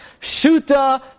Shuta